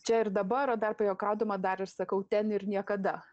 čia ir dabar o dar pajuokaudama dar ir sakau ten ir niekada